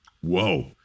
Whoa